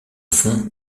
fond